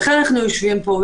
ולכן אנחנו יושבים פה,